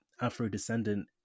afro-descendant